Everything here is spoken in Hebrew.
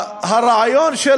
הרעיון של